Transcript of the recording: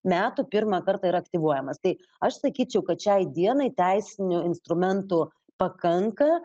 metų pirmą kartą yra aktyvuojamas tai aš sakyčiau kad šiai dienai teisinių instrumentų pakanka